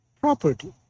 property